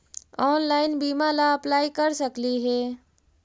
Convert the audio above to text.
Online बीमा ला apply कर सकली हे?